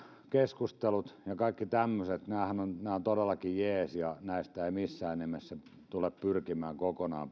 keskustelut kasvokkain ja kaikki tämmöiset ovat todellakin jees ja näistä ei missään nimessä tule pyrkiä kokonaan